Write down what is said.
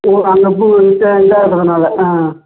ஓ அங்கே அதனால் ஆ